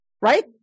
right